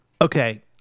Okay